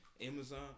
Amazon